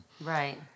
Right